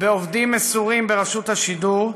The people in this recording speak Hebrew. בעובדים מסורים ברשות השידור,